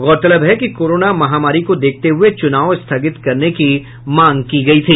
गौरतलब है कि कोरोना महामारी को देखते हुए चुनाव स्थगित करने की मांग की गयी थी